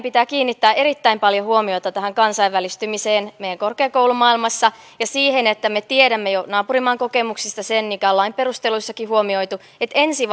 pitää kiinnittää erittäin paljon huomiota tähän kansainvälistymiseen meidän korkeakoulumaailmassa ja siihen että me tiedämme jo naapurimaan kokemuksista sen mikä on lain perusteluissakin huomioitu eli että ensi